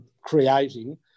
creating